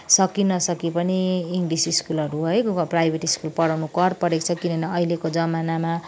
सकि नसकि पनि इङ्ग्लिस स्कुलहरू है प्राइभेट स्कुल पढाउनु कर परेको छ किनभने अहिलेको जमानामा